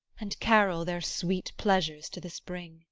and carol their sweet pleasures to the spring.